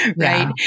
Right